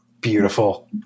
Beautiful